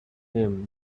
him